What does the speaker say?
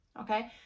okay